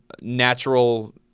natural